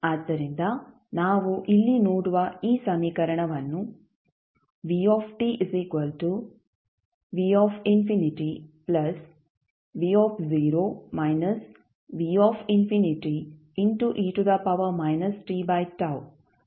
ಆದ್ದರಿಂದ ನಾವು ಇಲ್ಲಿ ನೋಡುವ ಈ ಸಮೀಕರಣವನ್ನು ಯ ಸಮಾನವಾಗಿ ನಿರೂಪಿಸಬಹುದು